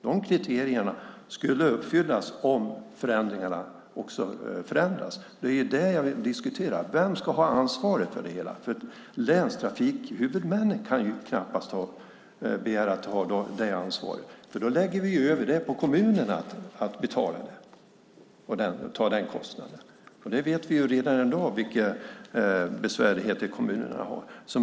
Dessa kriterier skulle uppfyllas om förändringarna sker. Det är det som jag vill diskutera. Vem ska ha ansvaret för det hela? Man kan knappast begära att länstrafikhuvudmännen ska ha detta ansvar. Då lägger vi ju över denna kostnad på kommunerna. Och vi vet redan i dag vilka besvärligheter som kommunerna har.